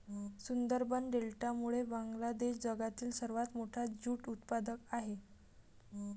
सुंदरबन डेल्टामुळे बांगलादेश जगातील सर्वात मोठा ज्यूट उत्पादक आहे